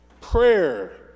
prayer